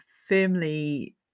firmly